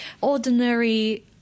ordinary